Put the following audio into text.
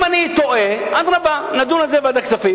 אם אני טועה, אדרבה, נדון על זה בוועדת הכספים.